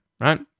right